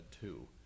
two